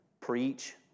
Preach